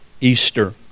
Easter